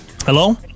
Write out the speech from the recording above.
Hello